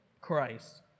Christ